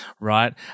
right